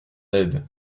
aide